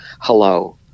Hello